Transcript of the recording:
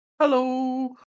Hello